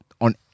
on